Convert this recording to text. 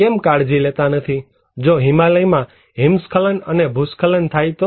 કેમ કાળજી લેતા નથીજો હિમાલયમાં હિમસ્ખલન અને ભૂસ્ખલન થાય તો